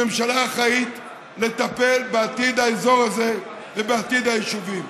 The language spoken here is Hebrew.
הממשלה אחראית לטפל בעתיד האזור הזה ובעתיד היישובים.